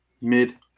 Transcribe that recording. Mid